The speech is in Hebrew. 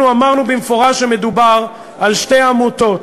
אנחנו אמרנו במפורש שמדובר על שתי עמותות,